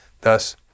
Thus